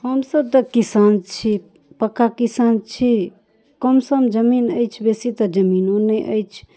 हमसब तऽ किसान छी पक्का किसान छी कमसम जमीन अछि बेसी तऽ जमीनो नैहि अछि